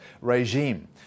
regime